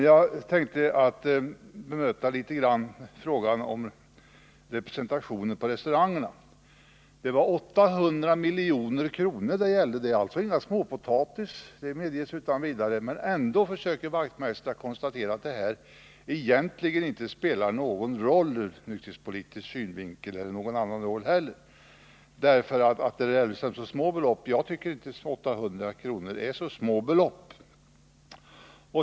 Jag tänkte bemöta frågan om representationen på restaurangerna. Det var 800 milj.kr. det gällde. Det är alltså inte småpotatis — det medges utan vidare — men ändå försöker herr Wachtmeister konstatera att det här egentligen inte spelar någon roll ur nykterhetspolitisk synvinkel, eller någon annan synvinkel heller, därför att det rör sig om så små belopp. Jag tycker inte att 800 milj.kr. är små belopp.